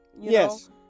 Yes